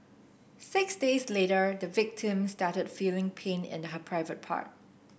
six days later the victim started feeling pain in her private part